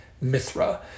Mithra